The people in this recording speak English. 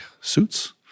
suits